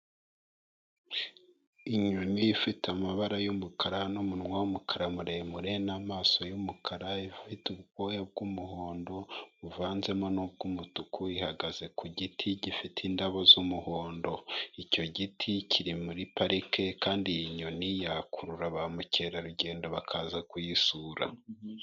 Inyoni ifite amabara y'umukara, n'umunwa w'umukara muremure, n'amaso y'umukara, ifite ubwoya bw'umuhondo buvanzemo n'ubw'umutuku, ihagaze ku giti gifite indabo z'umuhondo, icyo giti kiri muri parike, kandi iyi nyoni yakurura ba mukerarugendo bakaza kuyisura.